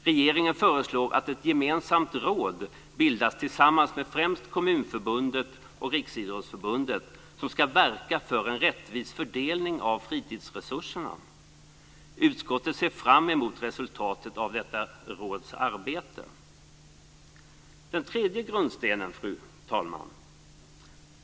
Regeringen föreslår att ett gemensamt råd bildas, tillsammans med främst Kommunförbundet och Riksidrottsförbundet, som ska verka för en rättvis fördelning av fritidsresurserna. Utskottet ser fram emot resultatet av detta råds arbete. Så till den tredje grundstenen, fru talman!